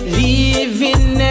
living